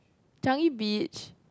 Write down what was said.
Changi-Beach